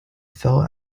felt